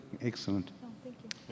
excellent